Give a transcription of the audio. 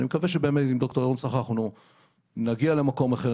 אני מקווה שבאמת עם ד"ר ירון סחר אנחנו נגיע למקום אחר.